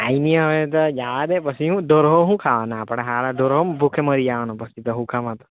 અહીં તો હવે તો જવા દે પછી હું ઢોર શું ખાવાના આપણા સારા ઢોર પણ ભૂખે મરી જવાના પછી સુકામાં તો